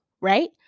right